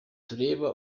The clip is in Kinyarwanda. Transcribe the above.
tureba